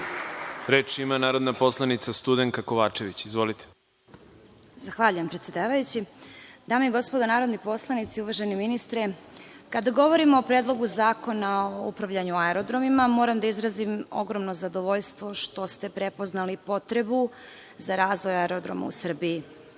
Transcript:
se. Reč ima narodna poslanica Studenka Kovačević. **Studenka Stojanović** Zahvaljujem predsedavajući. Dame i gospodo narodni poslanici, uvaženi ministri kada govorimo o Predlogu zakona o upravljanju aerodromima, moram da izrazim ogromno zadovoljstvo što ste prepoznali potrebu za razvoj aerodroma u Srbiji.